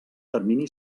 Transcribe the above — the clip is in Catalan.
termini